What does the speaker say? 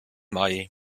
mai